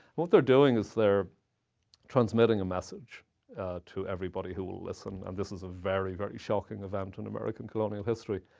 what they're doing is they're transmitting a message to everybody who will listen. and this is a very, very shocking event in american colonial history.